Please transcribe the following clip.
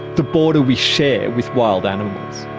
the border we share with wild animals.